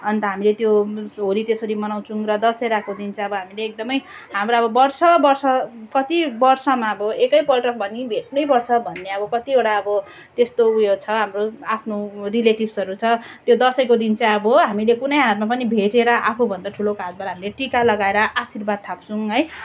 अन्त हामीले त्यो होली त्यसरी मनाउछौँ र दसेराको दिन चाहिँ अब हामीले एकदमै हाम्रो अब वर्ष वर्ष कति वर्षमा अब एकै पल्ट पनि भेट्नै पर्छ भन्ने अब कतिवटा अब त्यस्तो उयो छ हाम्रो आफ्नो रिलेटिभ्सहरू छ त्यो दसैँको दिन चाहिँ अब हामीले कुनै हालतमा पनि भेटेर आफू भन्दा ठुलोको हातबाट हामीले टीका लगाएर आशीर्वाद थाप्छौँ है